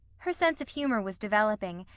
her sense of humor was developing,